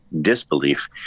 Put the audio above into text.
disbelief